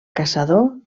caçador